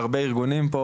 הרבה ארגונים פה